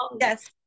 yes